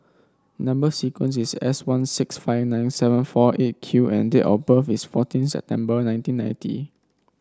number sequence is S one six five nine seven four Eight Q and date of birth is fourteen September nineteen ninety